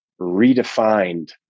redefined